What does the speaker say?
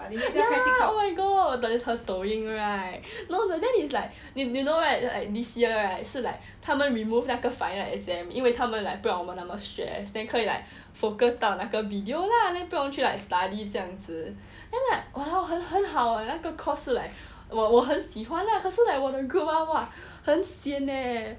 ya oh my god 抖音 right no then is like you know right this year right 是 like 他们 remove 那个 final exams 因为他们 like 不要我们那么 stress then 可以 like focus 到那个 video lah then 不用去 like study 这样子 then like !walao! 很好 eh 那个 course 是 like 我很喜欢 lah 可是我的 group hor !wah! 很 sian leh